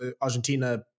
Argentina